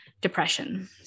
depression